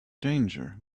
danger